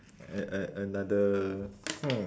a~ a~ a~ another hmm